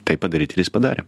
tai padaryt ir jis padarė